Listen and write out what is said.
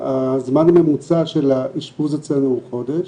הזמן הממוצע של האשפוז אצלנו הוא חודש,